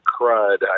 crud